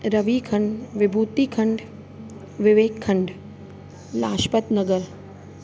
Ravikhand Vibhutikhand Vivekkhand Lajpat Nagar